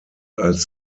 als